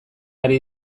ari